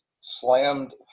slammed